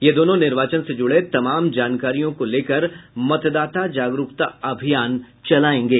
यह दोनों निवार्चन से जुड़े तमाम जानकारियों को लेकर मतदाता जागरूकता अभियान चलायेगें